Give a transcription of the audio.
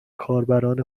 کاربران